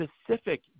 specific